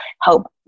help